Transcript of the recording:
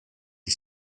the